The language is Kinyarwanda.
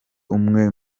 umwe